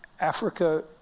Africa